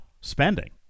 spending